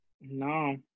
No